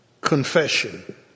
confession